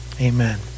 Amen